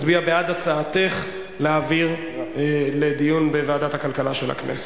מצביע בעד הצעתך להעביר לדיון בוועדת הכלכלה של הכנסת.